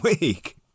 week